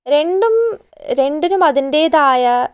രണ്ടും രണ്ടിനും അതിന്റേതായ